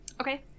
Okay